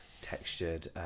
textured